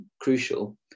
crucial